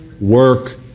work